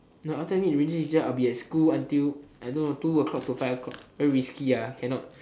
no after I meet the rangers teacher I will be at school until I don't know two o-clock to five o-clock very risky ah cannot